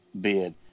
bid